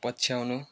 पछ्याउनु